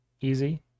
easy